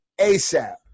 ASAP